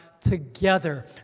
together